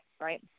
Right